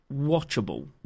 watchable